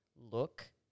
look